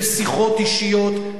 בשיחות אישיות,